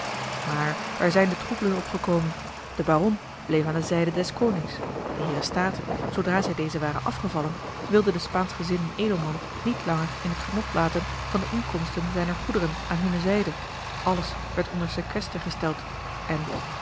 maar daar zijn de troebelen opgekomen de baron bleef aan de zijde des konings de heeren staten zoodra zij dezen waren afgevallen wilden den spaanschgezinden edelman niet langer in t genot laten van de inkomsten zijner goederen aan hunne zijde alles werd onder séquester gesteld en